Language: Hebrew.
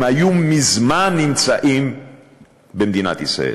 הם היו מזמן נמצאים במדינת ישראל.